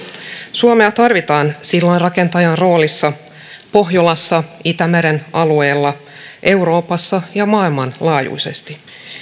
suomea tarvitaan sillanrakentajan roolissa pohjolassa itämeren alueella euroopassa ja maailmanlaajuisesti